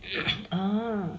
ah